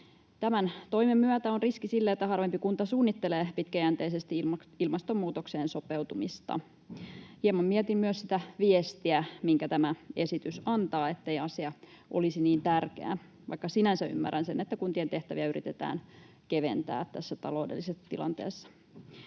Tämän toimen myötä on riski sille, että harvempi kunta suunnittelee pitkäjänteisesti ilmastonmuutokseen sopeutumista. Hieman mietin myös sitä viestiä, minkä tämä esitys antaa — siis ettei asia olisi niin tärkeä — vaikka sinänsä ymmärrän sen, että kuntien tehtäviä yritetään keventää tässä taloudellisessa tilanteessa.